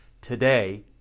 Today